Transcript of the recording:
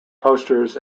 posters